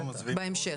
בהמשך.